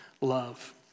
love